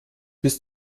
bis